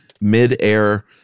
mid-air